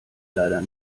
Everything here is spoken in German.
leider